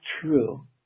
true